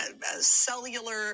cellular